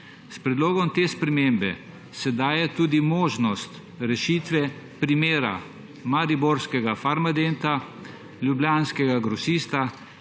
S predlogom te spremembe se daje tudi možnost rešitve primera mariborskega Farmadenta, ljubljanskega Grosista,